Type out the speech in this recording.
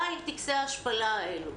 די עם טקסי ההשפלה האלה.